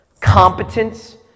competence